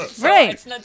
Right